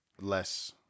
less